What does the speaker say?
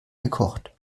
gekocht